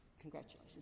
Congratulations